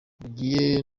rugiye